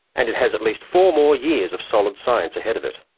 and it has at least four more years of solid science ahead of it.